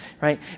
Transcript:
right